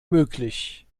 möglich